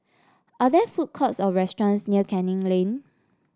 are there food courts or restaurants near Canning Lane